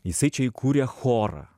jisai čia įkūrė chorą